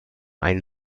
einen